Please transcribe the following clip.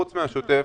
חוץ מהשוטף,